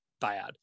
Bad